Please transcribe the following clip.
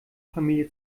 familie